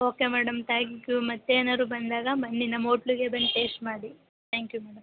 okay madam thank you ಮತ್ತೇನಾದ್ರು ಬಂದಾಗ ಬನ್ನಿ ನಮ್ಮ ಓಟ್ಲುಗೆ ಬಂದ್ ಟೇಸ್ಟ್ ಮಾಡಿ ತ್ಯಾಂಕ್ ಯೂ ಮೇಡಮ್